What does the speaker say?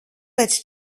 pēc